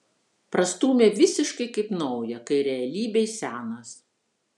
prastūmė visiškai kaip naują kai realybėj senas